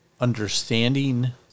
understanding